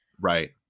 Right